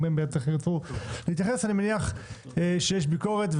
אני מניח שיש ביקורת,